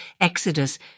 Exodus